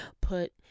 put